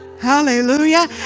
Hallelujah